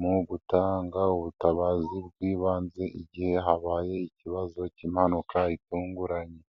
mu gutanga ubutabazi bw'ibanze igihe habaye ikibazo k'impanuka gitunguranye.